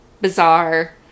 bizarre